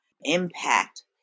impact